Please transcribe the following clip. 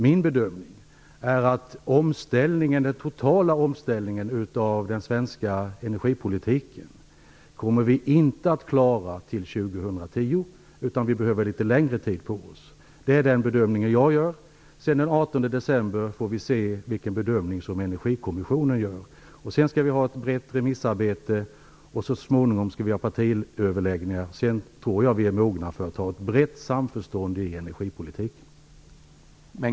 Min bedömning är att vi inte kommer att klara den totala omställning av den svenska energipolitiken till år 2010, utan vi behöver litet längre tid på oss. Det är den bedömning jag gör. Den 18 december får vi se vilken bedömning Energikommissionen gör. Sedan skall vi ha ett remissarbete, och så småningom skall vi ha partiöverläggningar. Efter det tror jag att vi är mogna för att anta ett brett samförstånd i energipolitiken.